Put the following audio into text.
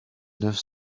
neuf